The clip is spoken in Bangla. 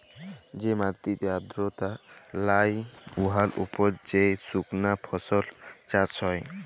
যে মাটিতে আর্দ্রতা লাই উয়ার উপর যে সুকনা ফসল চাষ হ্যয়